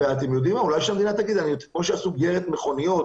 ואולי שהמדינה תגיד, כמו שעשו גרט מכוניות